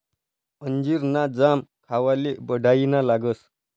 अंजीर ना जाम खावाले बढाईना लागस